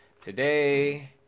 today